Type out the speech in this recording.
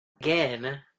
again